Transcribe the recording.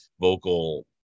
vocal